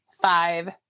five